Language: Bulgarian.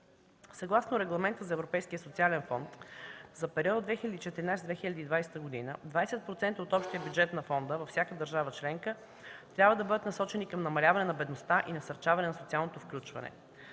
Съгласно регламент на Европейския социален фонд за периода 2014-2020 г. 20% от общия бюджет на фонда във всяка държава членка трябва да бъдат посочени към намаляване на бедността и насърчаване на социалното включване.